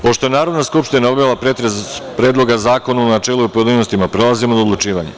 Pošto je Narodna skupština obavila pretres Predloga zakona u načelu i u pojedinostima, prelazimo na odlučivanje.